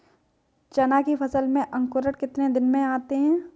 चना की फसल में अंकुरण कितने दिन में आते हैं?